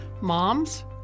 Moms